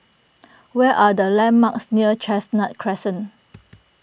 what are the landmarks near Chestnut Crescent